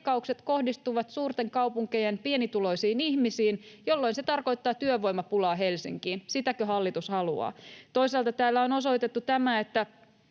Toisaalta täällä on osoitettu tämä, että